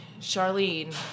Charlene